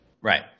Right